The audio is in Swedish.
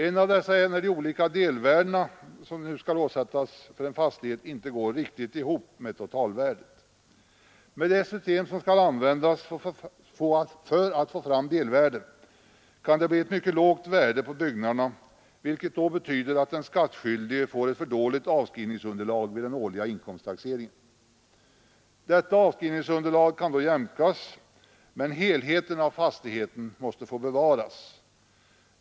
En av dessa är när de olika delvärden som nu skall åsättas för en fastighet inte riktigt går ihop med totalvärdet. Med det system som skall användas för att få fram delvärdena kan det bli ett mycket lågt värde på byggnaderna, vilket då betyder att den skattskyldige får ett för dåligt avskrivningsunderlag vid den årliga inkomsttaxeringen. Detta avskrivningsunderlag kan då få jämkas, men helheten av fastighetsvärdet måste få bevaras.